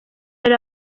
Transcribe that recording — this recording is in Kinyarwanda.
yari